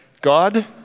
God